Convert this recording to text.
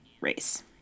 race